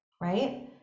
right